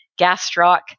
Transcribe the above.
gastroc